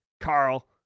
Carl